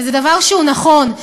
וזה דבר שהוא נכון.